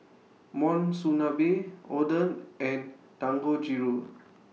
Monsunabe Oden and Dangojiru